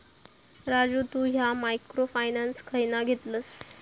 राजू तु ह्या micro finance खयना घेतलस?